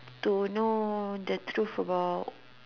to know the truth about